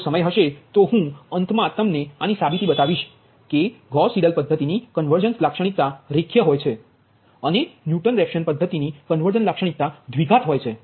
જો સમય હશે તો હું અંતમાં તમને આની સાબિતી બતાવીશ કે ગૌસ સીડેલ પદ્ધતિની કન્વર્ઝન્સ લાક્ષણિકતા રેખીય હોય છે અને ન્યુટન રેફસન પદ્ધતિની કન્વર્ઝન્સ લાક્ષણિકતા દ્વિઘાત હોય છે